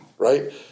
Right